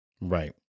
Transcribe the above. Right